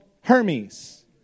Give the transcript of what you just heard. Hermes